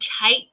tight